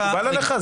מקובל עליך?